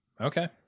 Okay